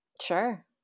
Sure